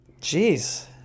Jeez